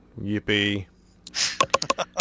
Yippee